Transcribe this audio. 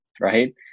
right